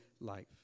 life